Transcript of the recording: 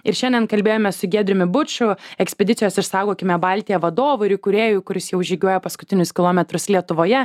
ir šiandien kalbėjome su giedriumi buču ekspedicijos išsaugokime baltija vadovu ir įkūrėju kuris jau žygiuoja paskutinius kilometrus lietuvoje